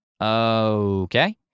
Okay